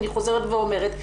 אני חוזרת ואומרת,